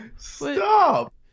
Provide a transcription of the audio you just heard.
Stop